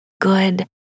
good